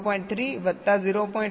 3 વત્તા 0